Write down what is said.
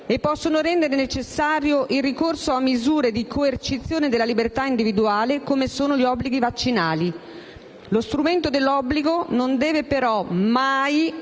e possono rendere necessario il ricorso a misure di coercizione della libertà individuale come sono gli obblighi vaccinali. Lo strumento dell'obbligo non deve, però, mai